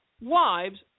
Wives